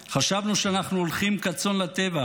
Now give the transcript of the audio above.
חשבנו שאנחנו הולכים כצאן לטבח,